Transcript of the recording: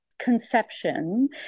conception